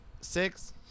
six